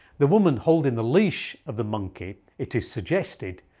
the woman holding the leash of the monkey, it is suggested,